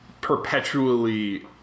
perpetually